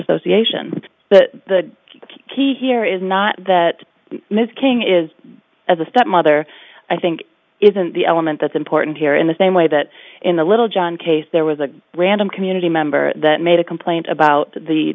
association the key here is not that ms king is as a stepmother i think isn't the element that's important here in the same way that in the little john case there was a random community member that made a complaint about the